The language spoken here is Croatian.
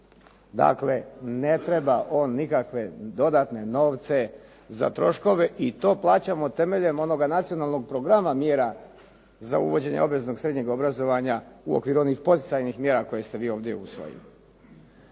Dakle, ne treba on nikakve dodatne novce za troškove i to plaćamo temeljem onoga nacionalnog programa mjera za uvođenje obveznog srednjeg obrazovanja u okviru onih poticajnih mjera koje ste vi ovdje usvojili.